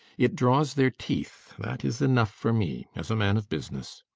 it draws their teeth that is enough for me as a man of business